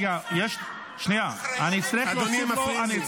הם מפריעים לי.